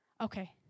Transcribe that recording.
Okay